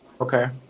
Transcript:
okay